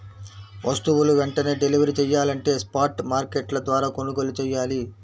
వస్తువులు వెంటనే డెలివరీ చెయ్యాలంటే స్పాట్ మార్కెట్ల ద్వారా కొనుగోలు చెయ్యాలి